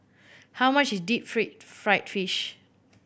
how much is deep free fried fish